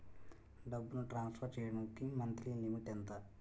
డబ్బును ట్రాన్సఫర్ చేయడానికి monthly limit ఎంత?